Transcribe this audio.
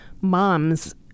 moms